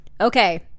okay